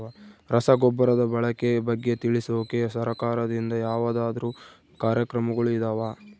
ರಸಗೊಬ್ಬರದ ಬಳಕೆ ಬಗ್ಗೆ ತಿಳಿಸೊಕೆ ಸರಕಾರದಿಂದ ಯಾವದಾದ್ರು ಕಾರ್ಯಕ್ರಮಗಳು ಇದಾವ?